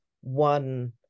one